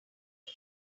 out